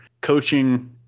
coaching –